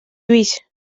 lluís